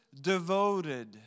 devoted